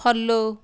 follow